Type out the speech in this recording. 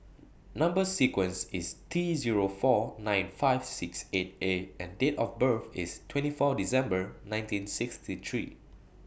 Number sequence IS T Zero four nine five six eight A and Date of birth IS twenty four December nineteen sixty three